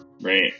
right